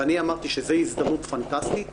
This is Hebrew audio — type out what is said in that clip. ואני אמרתי שזה הזדמנות פנטסטית